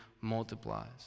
multiplies